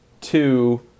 two